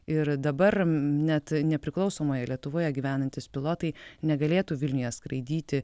ir dabar net nepriklausomoje lietuvoje gyvenantys pilotai negalėtų vilniuje skraidyti